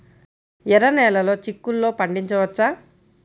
ఎర్ర నెలలో చిక్కుల్లో పండించవచ్చా?